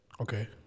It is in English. Okay